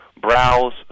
browse